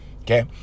Okay